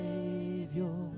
Savior